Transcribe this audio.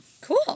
Cool